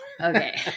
Okay